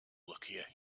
luckier